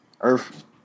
Earth